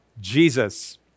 Jesus